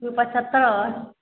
की पचहत्तरि